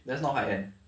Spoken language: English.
that's not high end